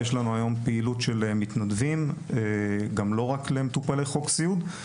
יש לנו היום גם מתנדבים שמגיעים לא רק לזכאי חוק סיעוד,